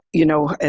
you know, and